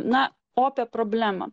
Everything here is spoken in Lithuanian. na opią problemą